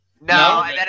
no